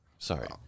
Sorry